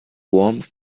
warmth